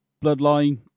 Bloodline